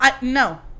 no